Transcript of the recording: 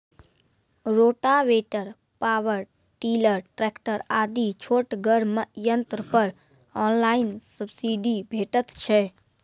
Rotavator, power tiller, tractor आदि छोटगर यंत्र पर ऑनलाइन सब्सिडी भेटैत छै?